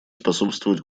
способствовать